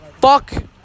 fuck